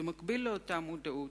במקביל לאותה מודעות,